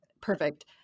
Perfect